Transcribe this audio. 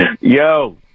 Yo